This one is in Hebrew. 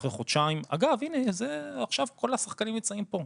אגב, עכשיו כל השחקנים נמצאים פה.